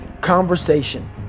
conversation